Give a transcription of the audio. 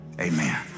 Amen